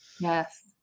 Yes